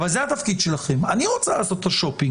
אני רוצה לעשות את השופינג.